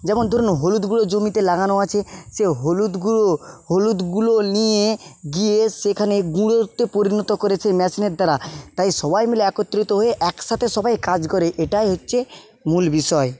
যেমন ধরুন হলুদ গুঁড়ো জমিতে লাগানো আছে সে হলুদ গুঁড়ো হলুদগুলো নিয়ে গিয়ে সেখানে গুঁড়োতে পরিণত করেছে ম্যাশিনের দ্বারা তাই সবাই মিলে একত্রিত হয়ে একসাথে সবাই কাজ করে এটাই হচ্ছে মূল বিষয়